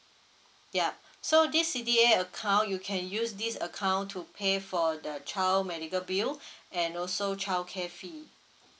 yeah so this C_D_A account you can use this account to pay for the child medical bill and also childcare fee